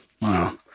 wow